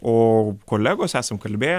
o kolegos esam kalbėję